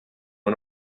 and